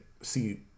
see